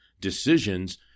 decisions